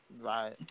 right